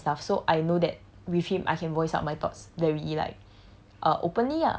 always talk to and stuff so I know that with him I can voice out my thoughts very like